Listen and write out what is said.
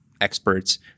experts